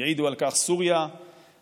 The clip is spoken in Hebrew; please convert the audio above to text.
יעידו על כך סוריה ועיראק,